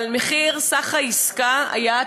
אבל מחיר סך העסקה היה,